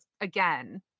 again